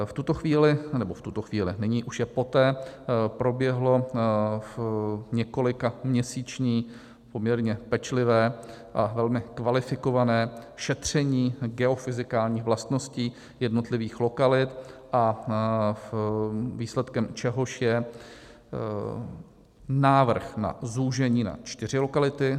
V tuto chvíli, anebo v tuto chvíli, nyní už je poté, proběhlo několikaměsíční poměrně pečlivé a velmi kvalifikované šetření geofyzikálních vlastností jednotlivých lokalit, výsledkem čehož je návrh na zúžení na čtyři lokality.